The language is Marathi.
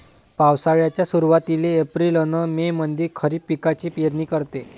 पावसाळ्याच्या सुरुवातीले एप्रिल अन मे मंधी खरीप पिकाची पेरनी करते